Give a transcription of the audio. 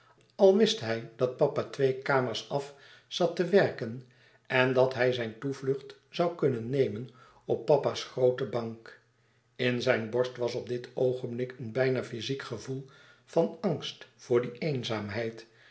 al wist hij dat papa twee kamers àf zat te werken en dat hij zijn toevlucht zoû kunnen nemen op papa's groote bank in zijn borst was op dit oogenblik een bijna fyziek gevoel van angst voor die eenzaamheid